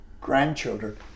grandchildren